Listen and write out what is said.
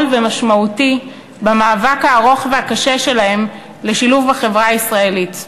ומשמעותי במאבק הארוך והקשה שלהם לשילוב בחברה הישראלית.